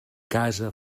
casa